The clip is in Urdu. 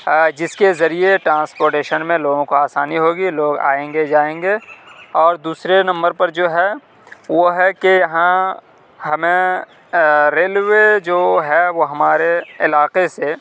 جس کے ذریعے ٹرانسپوٹیشن میں لوگوں کو آسانی ہوگی لوگ آئیں گے جائیں گے اور دوسرے نمبر پر جو ہے وہ ہے کہ یہاں ہمیں ریلوے جو ہے وہ ہمارے علاقے سے